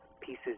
pieces